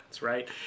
right